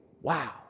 wow